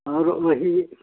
और वही